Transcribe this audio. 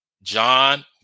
john